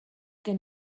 gen